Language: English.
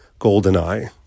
Goldeneye